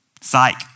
Psych